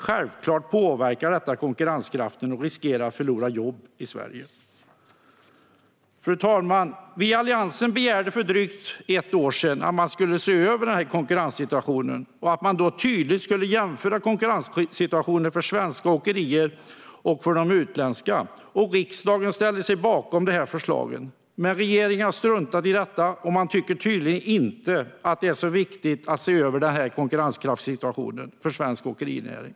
Självklart påverkar detta konkurrenskraften och riskerar att vi förlorar jobb i Sverige. Fru talman! Vi i Alliansen begärde för drygt ett år sedan att man skulle se över konkurrenssituationen och då tydligt jämföra konkurrenssituationen för svenska åkerier med de utländska. Riksdagen ställde sig bakom förslaget, men regeringen struntar i detta och tycker tydligen inte att det är så viktigt att se över konkurrenssituationen för svensk åkerinäring.